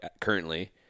currently